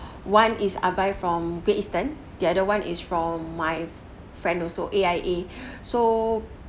one is I buy from Great Eastern the other one is from my friend also A_I_A so